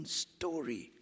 story